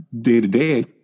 day-to-day